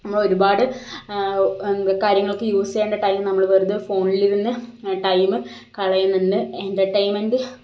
നമ്മൾ ഒരുപാട് കാര്യങ്ങൾക്ക് യൂസ് ചെയ്യേണ്ട ടൈം നമ്മൾ വെറുതെ ഫോണിലിരുന്ന് ടൈമ് കളയുന്നുണ്ട് എൻ്റർടൈൻമെൻ്റ്